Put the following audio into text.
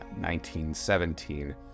1917